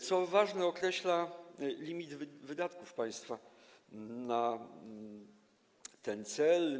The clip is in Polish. Co ważne, określa limit wydatków państwa na ten cel.